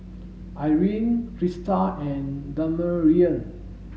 Irene Christa and Damarion